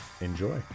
enjoy